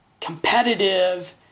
competitive